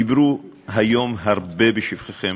דיברו היום הרבה בשבחכם